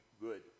good